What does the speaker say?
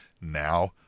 now